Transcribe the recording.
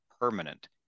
permanent